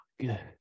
good